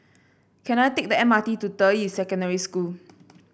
can I take the M R T to Deyi Secondary School